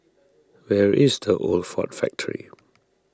where is the Old Ford Factor